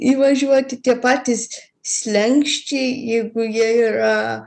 įvažiuoti tie patys slenksčiai jeigu jie yra